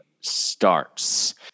starts